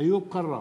איוב קרא,